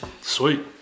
sweet